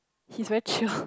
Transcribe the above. he's very chill